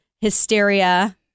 hysteria